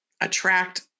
attract